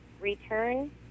return